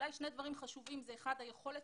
אולי שני דברים חשובים כאשר האחד הוא היכולת